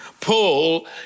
Paul